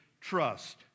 trust